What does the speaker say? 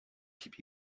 keep